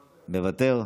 מוותר,